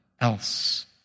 else